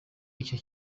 icyo